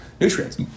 nutrients